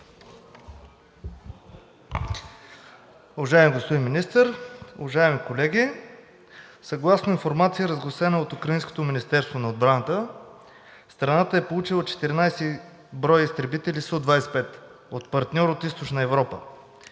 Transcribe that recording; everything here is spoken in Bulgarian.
Уважаеми господин Министър, уважаеми колеги! Съгласно информация, разгласена от украинското Министерство на отбраната, страната е получила 14 броя изтребители Су 25 от партньор от Източна Европа.